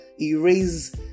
Erase